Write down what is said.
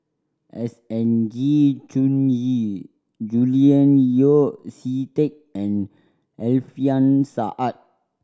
S N G Choon Yee Julian Yeo See Teck and Alfian Sa'at